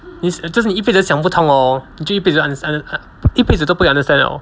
就是你一辈子都想不通 hor 你就一辈子 don't underst~ 一辈子都不会 understand liao